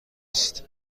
است